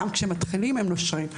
גם כשהם מתחילים הם נושרים.